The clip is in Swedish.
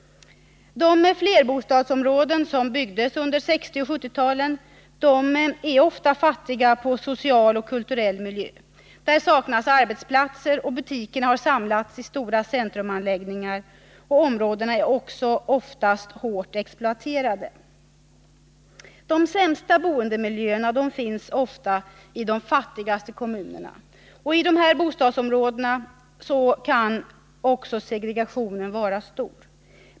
De flerbostadsområden som byggdes under 1960 och 1970-talen är ofta fattiga på social och kulturell miljö. Där saknas arbetsplatser, och butikerna har samlats i stora centrumanläggningar. Områdena är också oftast hårt exploaterade. De sämsta boendemiljöerna finns ofta i de fattigaste kommunerna. I dessa bostadsområden kan också segregationen vara stor.